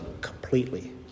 completely